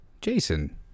Jason